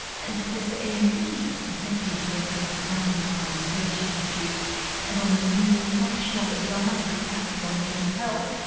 and professor ian hickey, executive director of the brain and mind research institute and on the new national advisory council on mental health.